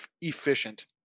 efficient